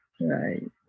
Right